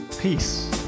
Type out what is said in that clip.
Peace